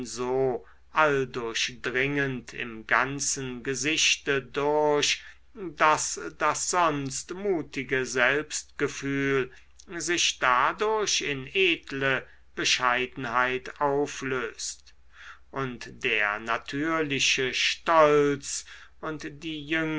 so alldurchdringend im ganzen gesichte durch daß das sonst mutige selbstgefühl sich dadurch in edle bescheidenheit auflöst und der natürliche stolz und die